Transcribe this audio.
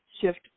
shift